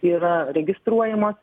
yra registruojamos